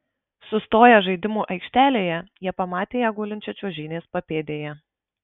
sustoję žaidimų aikštelėje jie pamatė ją gulinčią čiuožynės papėdėje